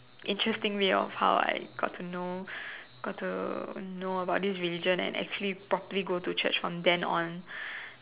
interesting way of how I got to know got to know about this religion and actually properly go to Church from then on